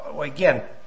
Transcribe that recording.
Again